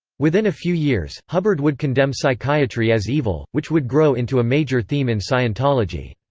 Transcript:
within a few years, hubbard would condemn psychiatry as evil, which would grow into a major theme in scientology.